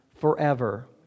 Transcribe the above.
forever